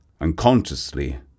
Unconsciously